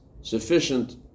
sufficient